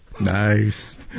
Nice